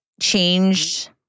changed